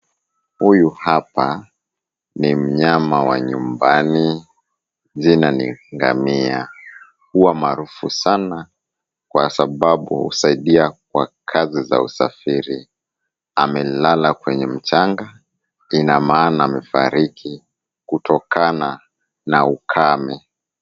Huyu hapa ni mnyama wa nyumbani, jina ni ngamia. Huwa maarufu sana kwa sababu husaidia kwa kazi za usafiri. Amelala kwenye mchanga, ina maana amefariki, kutokana na ukame.